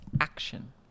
action